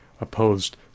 opposed